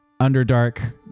underdark